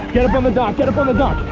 get up on the dock. get up on the dock,